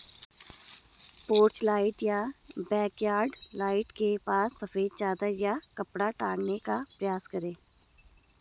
porch light या backyard light के पास सफेद चादर या कपड़ा टांगने का प्रयास करें